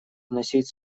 вносить